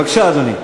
בבקשה, אדוני.